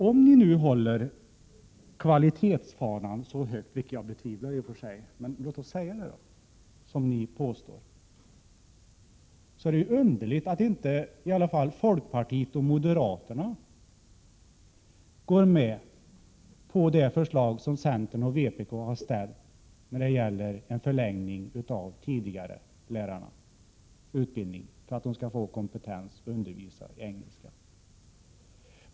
Om ni nu håller kvalitetsfanan så högt som ni påstår — vilket jag i och för sig betvivlar, men låt oss säga att ni gör det — är det underligt att inte åtminstone folkpartiet och moderaterna går med på centerns och vpk:s förslag om förlängning av tidigarelärarutbildningen för att lärarna skall få kompetens att undervisa i engelska.